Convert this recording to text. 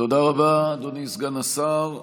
תודה רבה, אדוני סגן השר.